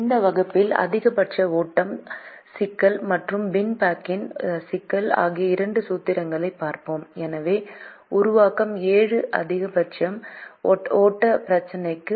இந்த வகுப்பில் அதிகபட்ச ஓட்டம் சிக்கல் மற்றும் பின் பேக்கிங் சிக்கல் ஆகிய இரண்டு சூத்திரங்களைப் பார்ப்போம் எனவே உருவாக்கம் 7 அதிகபட்ச ஓட்டப் பிரச்சினையாகும்